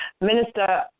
minister